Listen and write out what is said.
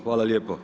Hvala lijepo.